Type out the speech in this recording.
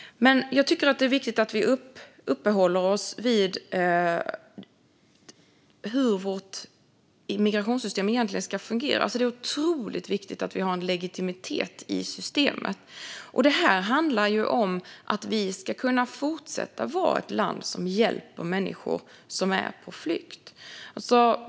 Jag tycker att det är viktigt att vi uppehåller oss vid hur vårt immigrationssystem egentligen ska fungera. Det är otroligt viktigt att vi har en legitimitet i systemet. Det handlar om att vi ska kunna fortsätta att vara ett land som hjälper människor som är på flykt.